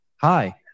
Hi